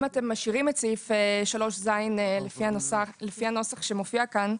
אם אתם משאירים את סעיף 3(ז) לפי הנוסח שמופיע כאן,